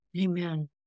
Amen